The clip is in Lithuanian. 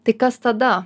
tai kas tada